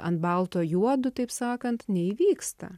ant balto juodu taip sakant neįvyksta